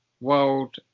world